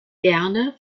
gerne